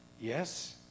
Yes